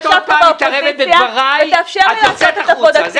את עוד פעם מתערבת בדבריי את יוצאת החוצה.